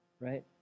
right